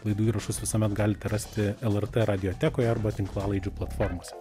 laidų įrašus visuomet galite rasti lrt radiotekoj arba tinklalaidžių platformose